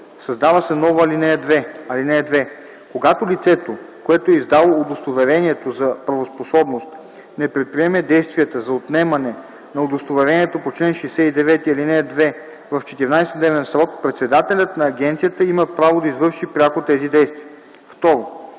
Създава се нова ал. 2: „(2) Когато лицето, което е издало удостоверението за правоспособност, не предприеме действията за отнемане на удостоверението по чл. 69, ал. 2 в 14-дневен срок, председателят на агенцията има право да извърши пряко тези действия.”